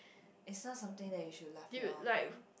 it's not something that you should laugh it off eh